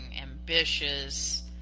ambitious